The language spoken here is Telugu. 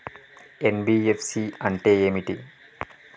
ఎన్.బి.ఎఫ్.సి అంటే ఏమిటి?